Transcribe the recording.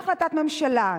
היתה החלטת ממשלה,